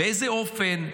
באיזה אופן,